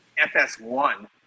FS1